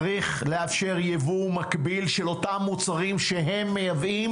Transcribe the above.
צריך לאפשר יבוא מקביל של אותם מוצרים שהם מייבאים